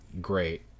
great